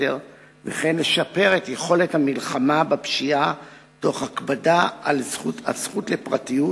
סתר ולשפר את יכולת המלחמה בפשיעה תוך הקפדה על הזכות לפרטיות